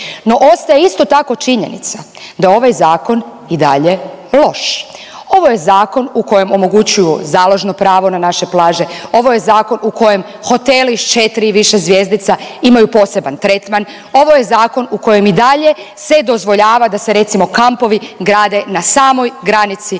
No, ostaje isto tako činjenica da je ovaj zakon i dalje loš. Ovo je Zakon omogućuju založno pravo na naše plaže, ovo je Zakon u kojem hoteli s 4 i više zvjezdica imaju poseban tretman, ovo je Zakon u kojem i dalje se dozvoljava da se, recimo, kampovi grade na samoj granici